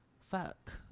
Fuck